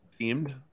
themed